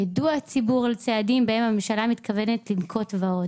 יידוע הציבור על צעדים שבהם הממשלה מתכוונת לנקוט ועוד.